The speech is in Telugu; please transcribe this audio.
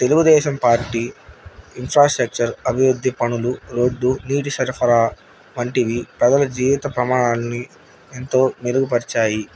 తెలుగుదేశం పార్టీ ఇన్ఫ్రాస్ట్రక్చర్ అభివృద్ధి పనులు రోడ్డు నీటి సరఫరా వంటివి ప్రజల జీవిత ప్రమాణాాలన్ని ఎంతో మెరుగుపరచాయి